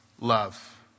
Love